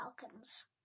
Falcons